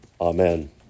Amen